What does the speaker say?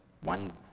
one